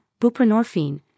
buprenorphine